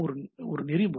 ஒரு நெறிமுறை